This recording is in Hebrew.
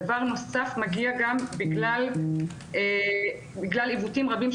דבר נוסף מגיע גם בגלל עיוותים רבים,